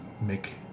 make